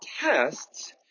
tests